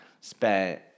spent